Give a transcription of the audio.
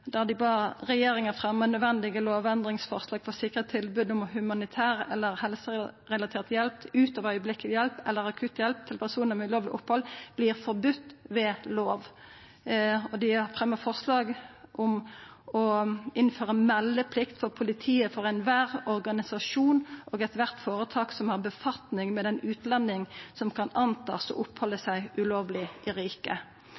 da bad dei faktisk i Innst. 184 S for 2009–2010 regjeringa «fremme de nødvendige lovendringsforslag for å sikre at tilbud om humanitær eller helserelatert hjelp, ut over øyeblikkelig eller akutt hjelp, til personer med ulovlig opphold blir forbudt ved lov». Og dei fremja forslag om å «innføre meldeplikt til politiet for enhver organisasjon og ethvert foretak som har befatning med en utlending som kan antas å oppholde